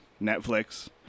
Netflix